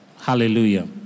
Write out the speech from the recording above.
Hallelujah